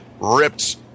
ripped